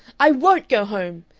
i won't go home!